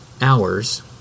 hours